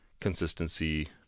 consistency